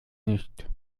nicht